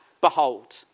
behold